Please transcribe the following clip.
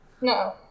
No